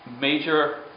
major